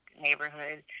neighborhood